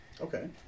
Okay